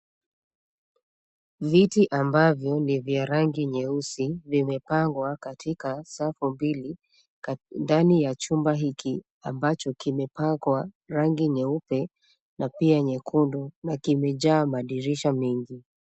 Viti ambavyo ni vya rangi nyeusi, vimepangwa katika safu mbili ndani ya chumba hiki ambacho kimepakwa rangi nyeupe na pia nyekundu, na kimejaa madirisha mengi.